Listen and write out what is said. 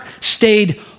stayed